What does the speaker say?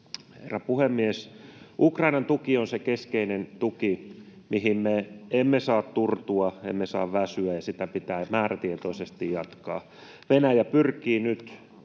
Herra puhemies! Ukrainan tuki on se keskeinen tuki, mihin me emme saa turtua, emme saa väsyä, ja sitä pitää määrätietoisesti jatkaa. Venäjä pyrkii nyt